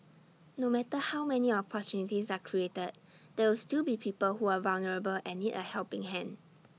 no matter how many opportunities are created there will still be people who are vulnerable and need A helping hand